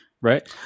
right